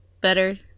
better